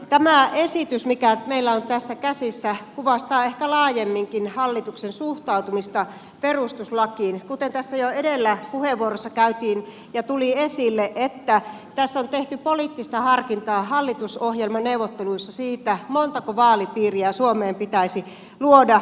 tämä esitys mikä meillä on tässä käsissä kuvastaa ehkä laajemminkin hallituksen suhtautumista perustuslakiin kuten tässä jo edellä puheenvuorossa käytiin ja tuli esille että tässä on tehty poliittista harkintaa hallitusohjelmaneuvotteluissa siitä montako vaalipiiriä suomeen pitäisi luoda